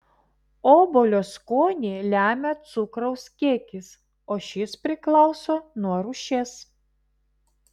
obuolio skonį lemia cukraus kiekis o šis priklauso nuo rūšies